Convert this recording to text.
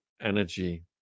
energy